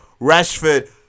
Rashford